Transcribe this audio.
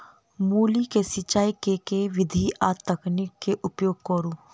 मूली केँ सिचाई केँ के विधि आ तकनीक केँ उपयोग करू?